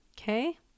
okay